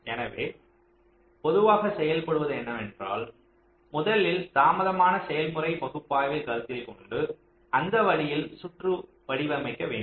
எனவே பொதுவாக செய்யப்படுவது என்னவென்றால் முதலில் தாமதமான செயல்முறை பகுப்பாய்வைக் கருத்தில் கொண்டு அந்த வழியில் சுற்று வடிவமைக்க வேண்டும்